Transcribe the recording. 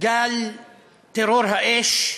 גל טרור האש,